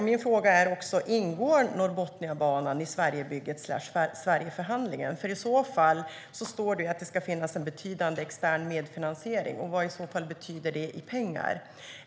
Min fråga är också: Ingår Norrbotniabanan i Sverigebygget/Sverigeförhandlingen? I så fall står det att det ska finnas en betydande extern medfinansiering. Vad betyder det i pengar?